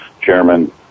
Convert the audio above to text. chairman